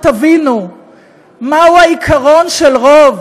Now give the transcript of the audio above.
ותבינו מהו העיקרון של רוב,